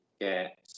get